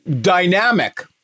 dynamic